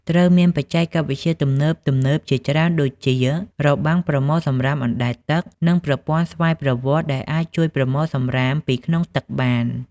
ត្រូវមានបច្ចេកវិទ្យាទំនើបៗជាច្រើនដូចជារបាំងប្រមូលសំរាមអណ្តែតទឹក និងប្រព័ន្ធស្វ័យប្រវត្តិ ដែលអាចជួយប្រមូលសំរាមពីក្នុងទឹកបាន។